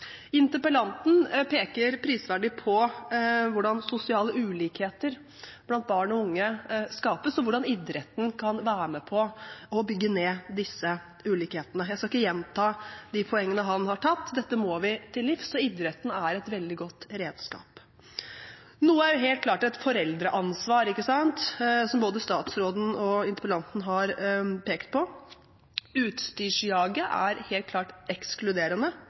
Interpellanten peker prisverdig på hvordan sosiale ulikheter blant barn og unge skapes, og hvordan idretten kan være med på å bygge ned disse ulikhetene. Jeg skal ikke gjenta poengene hans. Dette må vi til livs, og idretten er et veldig godt redskap. Noe er helt klart et foreldreansvar som både statsråden og interpellanten har pekt på. Utstyrsjaget er helt klart ekskluderende,